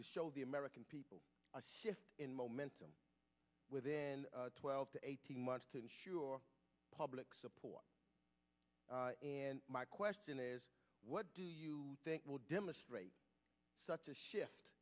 to show the american people a shift in momentum within twelve to eighteen months to ensure public support and my question is what do you think will demonstrate such a shift